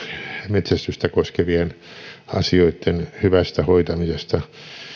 metsästystä koskevien asioitten hyvästä hoitamisesta hänhän on puuttunut moniin